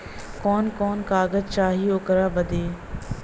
कवन कवन कागज चाही ओकर बदे?